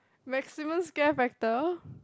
maximum scare factor